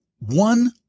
one